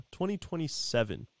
2027